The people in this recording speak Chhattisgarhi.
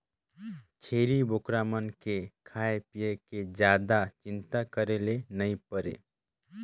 छेरी बोकरा मन के खाए पिए के जादा चिंता करे ले नइ परे